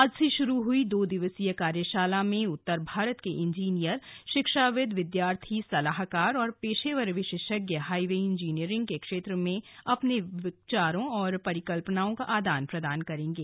आज से शुरू हुई दो दिवसीय कार्यशाला में उत्तर भारत के इंजीनियर शिक्षाविद् विद्यार्थी सलाहकार और पेशा विशेषज्ञ हाईवे इंजीनियरिंग के क्षेत्र में अपने विचारों और परिकल्पनाओं का आदान प्रदान करेंगे